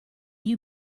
you